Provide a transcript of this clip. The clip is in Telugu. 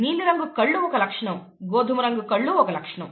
నీలి రంగు కళ్ళు ఒక లక్షణం గోధుమ రంగు కళ్ళు ఒక లక్షణం